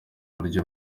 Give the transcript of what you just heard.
buryo